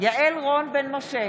יעל רון בן משה,